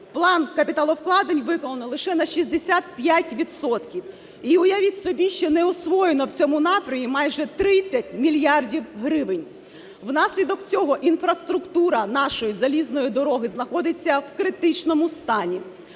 план капіталовкладень виконано лише на 65 відсотків. І, уявіть собі, ще не освоєно в цьому напрямку майже 30 мільярдів гривень. Внаслідок цього інфраструктура нашої залізної дороги знаходиться в критичному стані.